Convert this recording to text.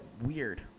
weird